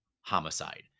homicide